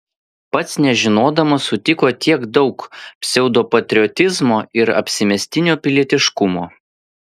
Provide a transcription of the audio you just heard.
pats nežinodamas sutiko tiek daug pseudopatriotizmo ir apsimestinio pilietiškumo